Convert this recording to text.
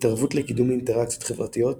התערבות לקידום אינטראקציות חברתיות